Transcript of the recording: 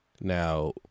Now